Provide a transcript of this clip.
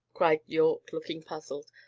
cried yorke, looking puzzled.